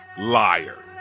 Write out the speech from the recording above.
Liar